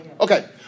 okay